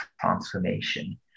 transformation